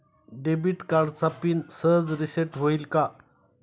Debit कार्डचा PIN सहज reset होईल का?